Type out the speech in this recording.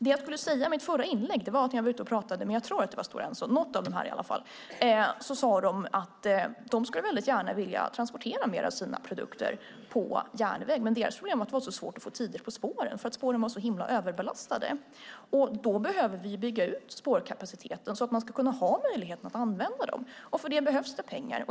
När jag var ute och talade med ett av de stora skogsbolagen, jag tror att det var Stora Enso, sade de att de gärna skulle vilja transportera mer av sina produkter på järnväg. Deras problem var att det var svårt att få tider på spåren eftersom de var så överbelastade. Vi behöver bygga ut spårkapaciteten så att det blir möjligt att transportera på järnväg, och för det behövs det pengar.